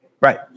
Right